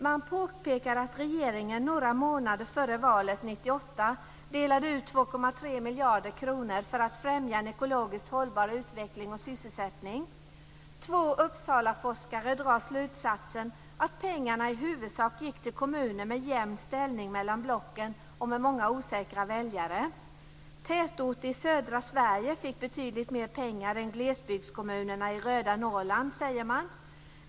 Man påpekar att regeringen några månader före valet 1998 delade ut 2,3 miljarder kronor för att främja en "ekologiskt hållbar utveckling och sysselsättning". Två Uppsalaforskare drar slutsatsen att pengarna i huvudsak gick till kommuner med jämn ställning mellan blocken och med många osäkra väljare. Tätorter i södra Sverige fick betydligt mer pengar än glesbygdskommunerna i "röda" Norrland, säger man.